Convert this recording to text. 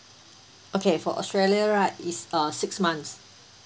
okay for australia right it's uh six months